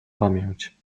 pamięć